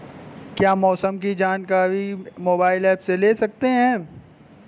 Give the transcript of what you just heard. क्या मौसम की जानकारी मोबाइल ऐप से ले सकते हैं?